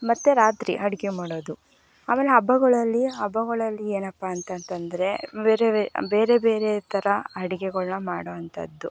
ಮತ್ತು ರಾತ್ರಿ ಅಡುಗೆ ಮಾಡೋದು ಆಮೇಲೆ ಹಬ್ಬಗಳಲ್ಲಿ ಹಬ್ಬಗಳಲ್ಲಿ ಏನಪ್ಪಾ ಅಂತಂತಂದರೆ ಬೇರೆ ಬೇ ಬೇರೆ ಬೇರೆ ಥರ ಅಡುಗೆಗಳ್ನ ಮಾಡೋ ಅಂಥದ್ದು